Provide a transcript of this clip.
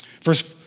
First